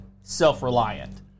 self-reliant